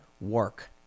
work